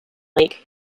lake